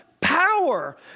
power